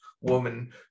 woman